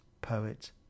poet